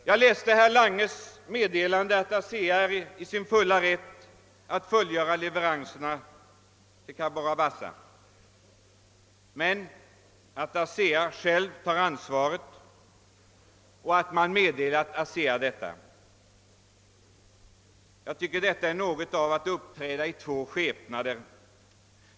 Jag läste att herr Lange uttalade att ASEA är i sin fulla rätt att genomföra leveranser till Cabora Bassa men att man meddelat ASEA att företaget självt får ta ansvaret. Jag tycker det är att uppträda i två skepnader.